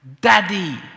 Daddy